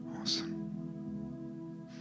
Awesome